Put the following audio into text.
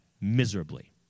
miserably